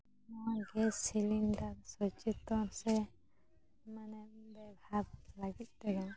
ᱱᱚᱣᱟ ᱜᱮᱜ ᱥᱤᱞᱤᱱᱰᱟᱨ ᱥᱚᱪᱮᱛᱚᱱ ᱥᱮ ᱢᱟᱱᱮ ᱵᱮᱜᱷᱟᱛ ᱞᱟᱹᱜᱤᱫ ᱛᱮᱦᱚᱸ